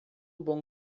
bom